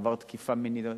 עבר תקיפה מינית,